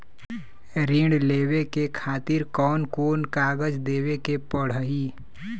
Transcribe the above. ऋण लेवे के खातिर कौन कोन कागज देवे के पढ़ही?